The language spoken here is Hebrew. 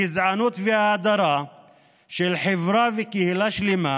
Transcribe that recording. הגזענות וההדרה של חברה וקהילה שלמה,